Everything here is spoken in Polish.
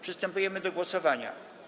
Przystępujemy do głosowania.